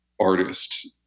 artist